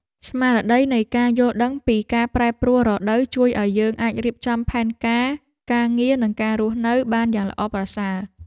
ស្មារតីនៃការយល់ដឹងពីការប្រែប្រួលរដូវជួយឱ្យយើងអាចរៀបចំផែនការការងារ និងការរស់នៅបានយ៉ាងល្អប្រសើរ។